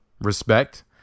Respect